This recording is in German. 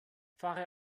fahre